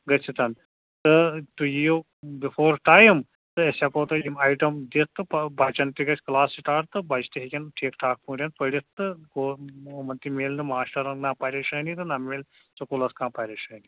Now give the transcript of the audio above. گٔژھِتھ تہٕ تُہۍ یِیو بِفور ٹایِم تہٕ أسۍ ہٮ۪کو تۄہہِ یِم آیٹم دِتھ تہٕ بَچَن تہِ گژھِ کلاس سِٹاٹ تہٕ بَچہِ تہِ ہٮ۪کن ٹھیٖک ٹھاک پٲٹھۍ پٔرتھ تہٕ گوٚو یِمَن تہِ میلہِ نہٕ ماشٹرَن نہ پریشٲنی تہٕ نہ مِلہِ سُکوٗلَس کانٛہہ پریشٲنی